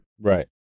Right